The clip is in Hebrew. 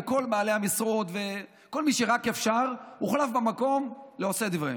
בעלי המשרות וכל מי שרק אפשר הוחלפו במקום לעושי דבריהם.